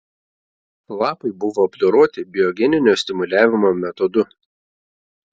lapai buvo apdoroti biogeninio stimuliavimo metodu